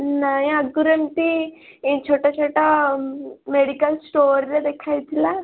ନାଇଁ ଆଗରୁ ଏମିତି ଏଇ ଛୋଟ ଛୋଟ ମେଡ଼ିକାଲ୍ ଷ୍ଟୋର୍ରେ ଦେଖାହେଇଥିଲା